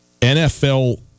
NFL